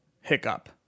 hiccup